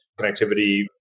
connectivity